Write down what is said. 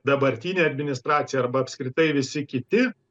dabartinė administracija arba apskritai visi kiti